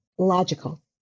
logical